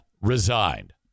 resigned